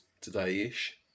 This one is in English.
today-ish